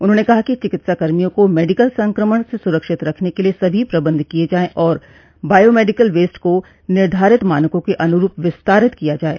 उन्होंने कहा कि चिकित्साकर्मियों को मेडिकल संकमण से सुरक्षित रखने के लिए सभी प्रबन्ध किये जायें और बायो मेडिकल वेस्ट को निर्धारित मानकों के अनुरूप विस्तारित किया जाये